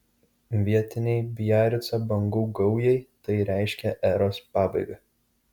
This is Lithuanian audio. vietinei biarico bangų gaujai tai reiškė eros pabaigą